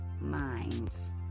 minds